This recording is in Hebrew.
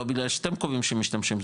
לא בגלל שאתם קובעים שמשתמשים,